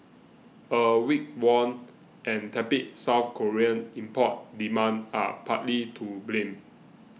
a weak won and tepid South Korean import demand are partly to blame